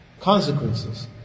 consequences